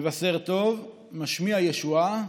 מבשר טוב, משמיע ישועה,